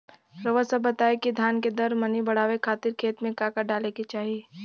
रउआ सभ बताई कि धान के दर मनी बड़ावे खातिर खेत में का का डाले के चाही?